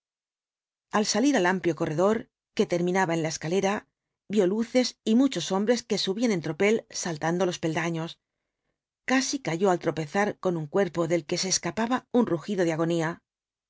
al salir al amplio corredor que terminaba en la escalera vio luces y muchos hombres que subían en tropel saltando loe peldaños casi cayó al tropezar con un cuerpo del que se escapaba un rugido de agonía